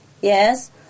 yes